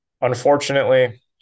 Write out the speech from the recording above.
Unfortunately